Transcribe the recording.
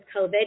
COVID